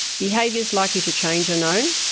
behaviours likely to change are known,